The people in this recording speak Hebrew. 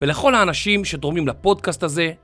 ולכל האנשים שתורמים לפודקאסט הזה.